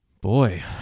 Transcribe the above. boy